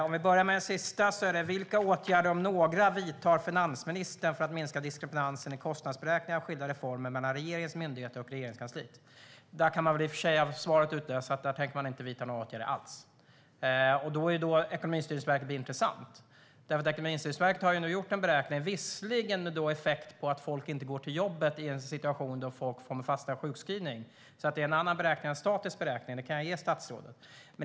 Låt mig börja med den sista frågan: Vilka åtgärder, om några, vidtar finansministern för att minska diskrepansen i kostnadsberäkningar av skilda reformer mellan regeringens myndigheter och Regeringskansliet? Där kunde man av svaret höra att där tänker regeringen inte vidta några åtgärder alls. Det är då Ekonomistyrningsverket blir intressant. Ekonomistyrningsverket har gjort en beräkning, visserligen med effekt på att folk inte går till jobbet i en situation där folk fastnar i en sjukskrivning. Det är en annan beräkning; en statisk beräkning. Det kan jag ge statsrådet.